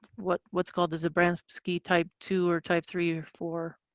what what's called a zambramski type two or type three or four.